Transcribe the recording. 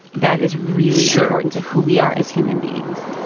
that is really important to who we are as human beings?